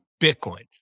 Bitcoin